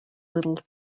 little